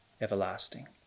everlasting